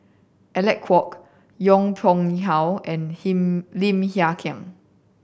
Alec Kuok Yong Pung How and Lim Hng Kiang